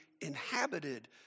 inhabited